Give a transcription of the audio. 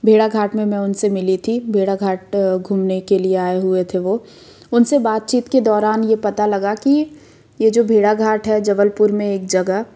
भेड़ाघाट में मैं उनसे मिली थी भेड़ाघाट घूमने के लिए आए हुए थे वो उनसे बातचीत के दौरान ये पता लगा कि ये जो भेड़ाघाट है जबलपुर में एक जगह